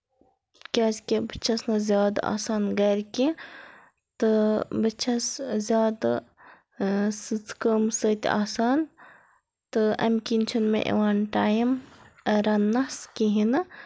کیٛازکہِ بہٕ چھَس نہٕ زیادٕ آسان گَرِ کینٛہہ تہٕ بہٕ چھَس زیادٕ سٕژٕ کٲم سۭتۍ آسان تہٕ اَمہِ کِنۍ چھُنہٕ مےٚ یِوان ٹایِم رَنٕنَس کِہیٖنۍ نہٕ